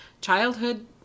childhood